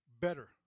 better